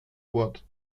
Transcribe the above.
wort